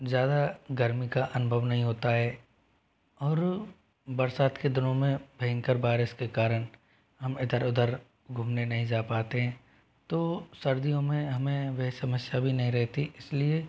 ज़्यादा गर्मी का अनुभव नहीं होता है और बरसात के दिनों में भयंकर बारिश के कारण हम इधर उधर घूमने नहीं जा पातें तो सर्दियों में हमें वह समस्या भी नहीं रहती इस लिए